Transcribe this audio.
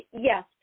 yes